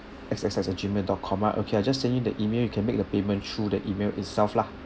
X X X at gmail dot com ah okay I just send you the email you can make the payment through the email itself lah